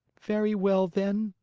very well, then,